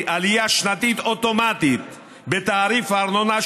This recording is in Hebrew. היא עלייה שנתית אוטומטית בתעריף הארנונה,